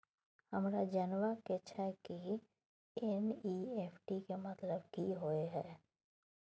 हमरा जनबा के छै की एन.ई.एफ.टी के मतलब की होए है?